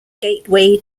gateway